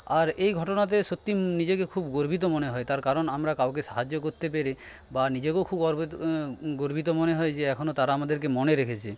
আর এই ঘটনাতে সত্যিই নিজেকে খুব গর্বিত মনে হয় তার কারণ আমরা কাউকে সাহায্য করতে পেরে বা নিজেকেও খুব গর্বিত মনে হয় যে এখনও তারা আমাদেরকে মনে রেখেছে